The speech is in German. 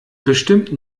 bestimmt